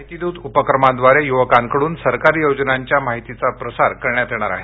माहितीद्रत उपक्रमाद्वारे युवकाछिडून सरकारी योजनाध्वा माहितीचा प्रसार करण्यात येणार आहे